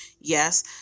yes